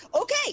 Okay